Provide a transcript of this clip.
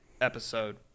episode